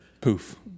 poof